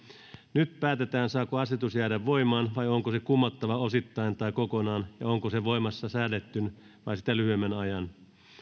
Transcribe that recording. nyt päätetään saako asetus jäädä voimaan vai onko se kumottava osittain tai kokonaan ja onko se voimassa säädetyn vai sitä lyhyemmän ajan